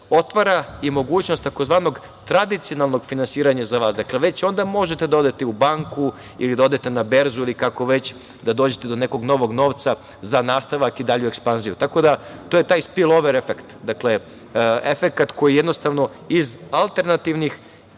otvara i mogućnost, tzv. tradicionalnog finansiranja za vas, dakle već onda možete da odete u banku ili da odete na berzu, ili kako već da dođete do nekog novca za nastavak i dalju ekspanziju. To je taj stil "over efekt". Dakle, efekat koji jednostavno iz alternativnih